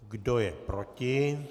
Kdo je proti?